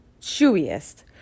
chewiest